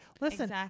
Listen